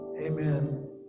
amen